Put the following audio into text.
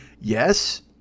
yes